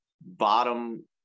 bottom